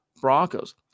Broncos